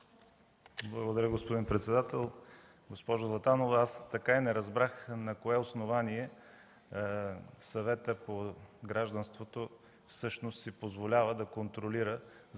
Благодаря, господин председател. Госпожо Златанова, така и не разбрах на кое основание Съветът по гражданството всъщност си позволява да контролира